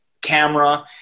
camera